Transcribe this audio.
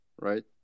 right